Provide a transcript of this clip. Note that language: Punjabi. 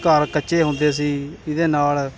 ਘਰ ਕੱਚੇ ਹੁੰਦੇ ਸੀ ਇਹਦੇ ਨਾਲ